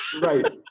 Right